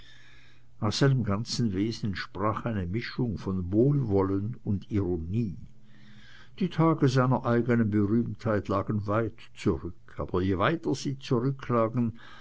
aus seinem ganzen wesen sprach eine mischung von wohlwollen und ironie die tage seiner eignen berühmtheit lagen weit zurück aber je weiter sie zurücklagen